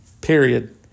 Period